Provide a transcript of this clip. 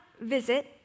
visit